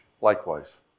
likewise